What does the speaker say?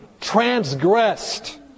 transgressed